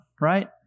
right